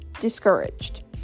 discouraged